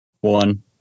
One